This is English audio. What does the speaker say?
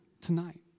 tonight